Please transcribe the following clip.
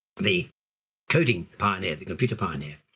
the coding pioneer, the computer pioneer.